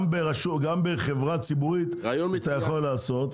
גם בחברה ציבורית אתה יכול לעשות,